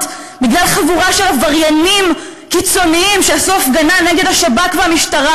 בגלל חבורה של עבריינים קיצוניים שעשו הפגנה נגד השב"כ והמשטרה.